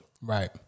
Right